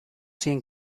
cien